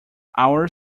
our